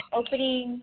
opening